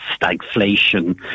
stagflation